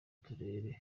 turere